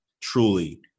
truly